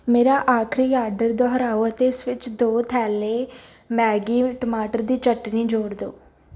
ਮੇਰਾ ਆਖਰੀ ਆਡਰ ਦੁਹਰਾਓ ਅਤੇ ਇਸ ਵਿੱਚ ਦੋ ਥੈਲੇ ਮੈਗੀ ਟਮਾਟਰ ਦੀ ਚਟਨੀ ਜੋੜ ਦਿਓ